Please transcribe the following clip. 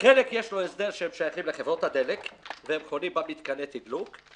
חלק יש להן הסדר שהן שייכות לחברות הדלק והן חונות במתקני התדלוק.